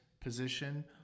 position